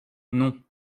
non